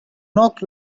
not